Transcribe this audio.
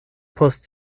post